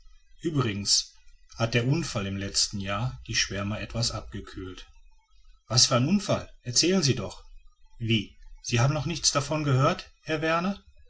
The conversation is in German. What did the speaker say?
uebrigens hat der unfall im letzten jahre die schwärmer etwas abgekühlt was für ein unfall erzählen sie doch wie sie haben noch nichts davon gehört herr